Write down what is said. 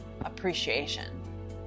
appreciation